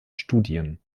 studien